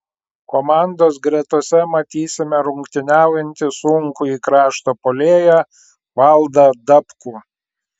komandos gretose matysime rungtyniaujantį sunkųjį krašto puolėją valdą dabkų